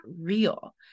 real